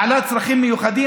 בעלת צרכים מיוחדים,